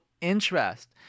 interest